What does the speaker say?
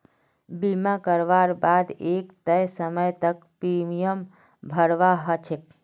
बीमा करवार बा द एक तय समय तक प्रीमियम भरवा ह छेक